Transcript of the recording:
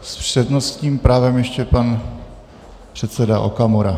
S přednostním právem ještě pan předseda Okamura.